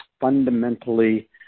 fundamentally